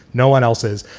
no one else's.